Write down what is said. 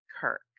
Kirk